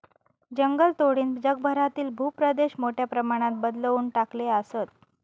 जंगलतोडीनं जगभरातील भूप्रदेश मोठ्या प्रमाणात बदलवून टाकले आसत